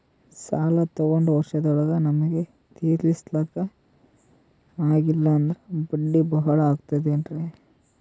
ಸಾಲ ತೊಗೊಂಡು ವರ್ಷದೋಳಗ ನಮಗೆ ತೀರಿಸ್ಲಿಕಾ ಆಗಿಲ್ಲಾ ಅಂದ್ರ ಬಡ್ಡಿ ಬಹಳಾ ಆಗತಿರೆನ್ರಿ?